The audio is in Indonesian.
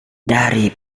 dari